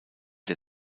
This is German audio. der